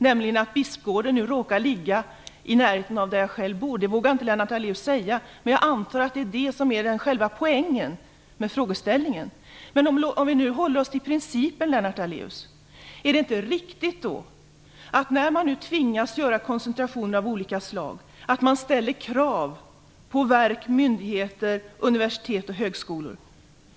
Det har jag också kunnat läsa ut av vissa tidningsskriverier. Det vågar inte Lennart Daléus säga, men jag antar att det är detta som är själva poängen med frågeställningen. Men låt oss nu hålla oss till principen, Lennart Daléus! Är det inte riktigt att man, när man nu tvingas att göra koncentrationer av olika slag, ställer krav på verk, myndigheter, universitet och högskolor?